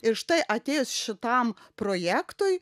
ir štai atėjus šitam projektui